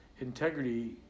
integrity